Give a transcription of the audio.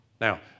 Now